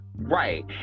right